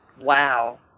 Wow